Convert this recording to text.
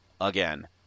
again